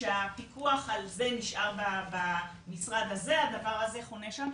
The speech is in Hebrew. שהפיקוח על זה נשאר במשרד הזה, הדבר הזה חונה שם.